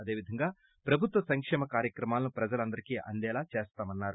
అదేవిధంగా ప్రభుత్వ సంకేమ కార్యక్రమాలను ప్రజలందరికీ అందేలా చేస్తామన్నారు